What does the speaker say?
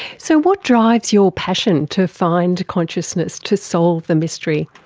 so what drives your passion to find consciousness, to solve the mystery?